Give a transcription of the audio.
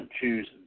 choose